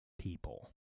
people